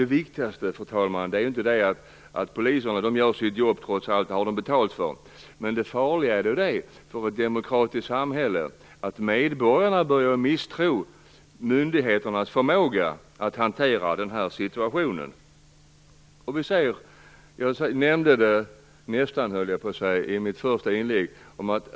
Det viktigaste är inte att poliserna trots allt gör sitt jobb för att de har betalt för det. Det farliga för vårt demokratiska samhälle är om medborgarna börjar misstro myndigheternas förmåga att hantera situationen.